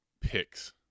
picks